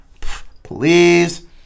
please